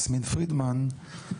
יסמין פרידמן,